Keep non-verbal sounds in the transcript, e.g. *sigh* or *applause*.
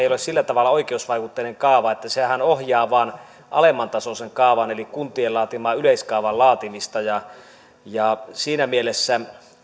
*unintelligible* ei ole sillä tavalla oikeusvaikutteinen kaava että sehän vain ohjaa alemmantasoisen kaavan eli kuntien laatiman yleiskaavan laatimista siinä mielessä